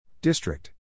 District